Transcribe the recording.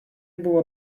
buvo